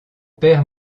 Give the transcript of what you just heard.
père